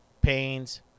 pains